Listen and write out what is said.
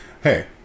Hey